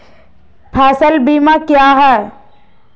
फ़सल बीमा क्या है?